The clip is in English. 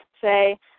say